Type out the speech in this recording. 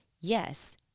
Yes